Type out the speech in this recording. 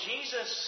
Jesus